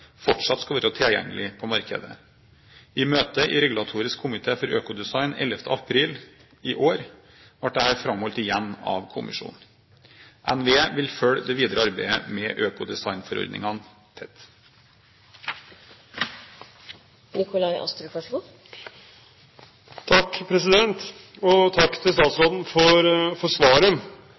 fortsatt skal være tilgjengelige på markedet. I møte i regulatorisk komité for økodesign 11. april i år ble dette igjen framholdt av kommisjonen. NVE vil følge det videre arbeidet med økodesignforordningene tett.